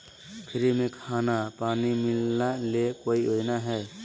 Free में खाना पानी मिलना ले कोइ योजना हय?